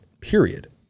period